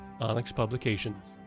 onyxpublications